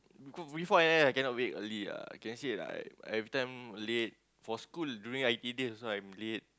go before N_S I cannot wake early ah I can see right every time late for school during I_T_E days also I'm late